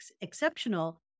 exceptional